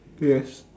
yes